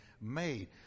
made